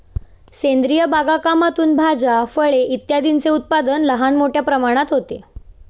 सेंद्रिय बागकामातून भाज्या, फळे इत्यादींचे उत्पादन लहान मोठ्या प्रमाणात होते